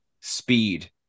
Speed